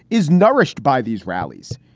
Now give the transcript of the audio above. is nourished by these rallies.